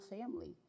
family